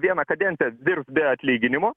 vieną kadenciją dirbs be atlyginimo